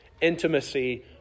intimacy